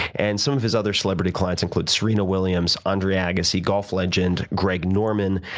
and some of his other celebrity clients include serena williams, andre agassi, gold legend greg norman,